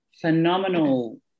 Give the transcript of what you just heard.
phenomenal